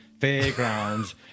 fairgrounds